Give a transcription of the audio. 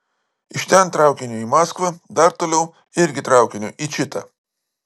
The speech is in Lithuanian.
iš ten traukiniu į maskvą dar toliau irgi traukiniu į čitą